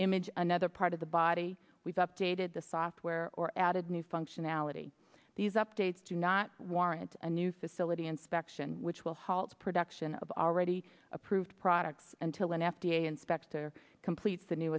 image another part of the body we've updated the software or added new functionality these updates do not warrant a new facility inspection which will halt production of already approved products until an f d a inspector completes a new